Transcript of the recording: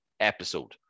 episode